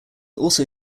also